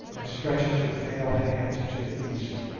and stretches her pale hands to the east.